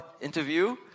interview